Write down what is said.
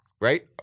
Right